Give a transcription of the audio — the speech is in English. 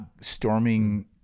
storming